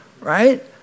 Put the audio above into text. right